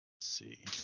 see